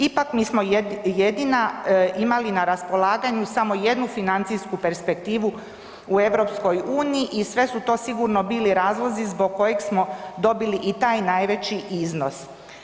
Ipak mi smo jedina imali na raspolaganju samo jednu financijsku perspektivu u EU i sve su to sigurno bili razlozi zbog kojih smo dobili i taj najveći iznos.